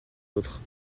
autres